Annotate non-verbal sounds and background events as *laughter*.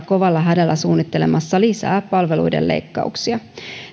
*unintelligible* kovalla hädällä suunnittelemassa lisää palveluiden leikkauksia